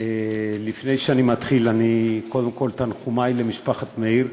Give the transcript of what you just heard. לפני שאני מתחיל, קודם כול תנחומי למשפחת מאיר.